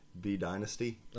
B-Dynasty